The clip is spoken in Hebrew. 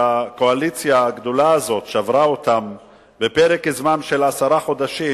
שהקואליציה הגדולה הזאת שברה בפרק זמן של עשרה חודשים,